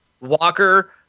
Walker-